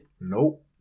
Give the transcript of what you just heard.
nope